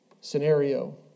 scenario